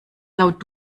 laut